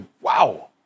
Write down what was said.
wow